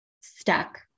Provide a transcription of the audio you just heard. stuck